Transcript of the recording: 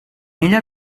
ella